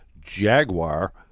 Jaguar